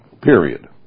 period